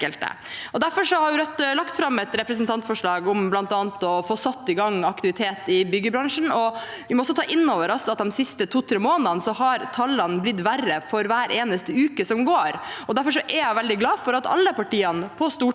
derfor lagt fram dette representantforslaget om bl.a. å få satt i gang aktivitet i byggebransjen. Vi må også ta inn over oss at de siste to–tre månedene har tallene blitt verre for hver eneste uke som har gått. Derfor er jeg veldig glad for at alle partiene på Stortinget